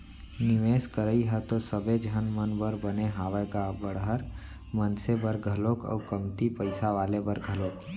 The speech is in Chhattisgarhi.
निवेस करई ह तो सबे झन मन बर बने हावय गा बड़हर मनसे बर घलोक अउ कमती पइसा वाले बर घलोक